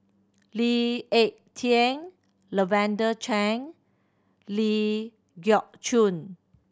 Lee Ek Tieng Lavender Chang Ling Geok Choon